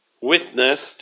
witnessed